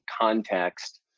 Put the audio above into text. context